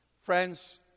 Friends